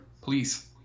please